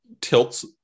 tilts